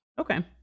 Okay